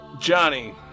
Johnny